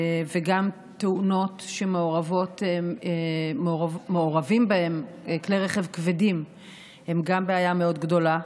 וגם תאונות שמעורבים בהם כלי רכב כבדים הם בעיה מאוד גדולה.